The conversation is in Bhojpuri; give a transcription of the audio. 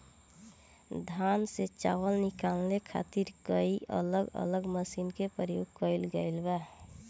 धान से चावल निकाले खातिर कई अलग अलग मशीन के प्रयोग कईल गईल बा